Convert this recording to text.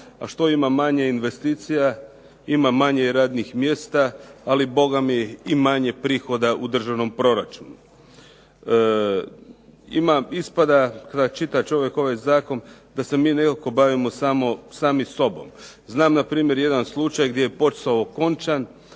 A što ima manje investicija ima manje radnih mjesta ali i manje prihoda u državnom proračunu. Ispada kada čita čovjek ovaj zakon da se mi nekako bavimo samo sami sobom. Znam na primjer jedan slučaj gdje je posao okončan.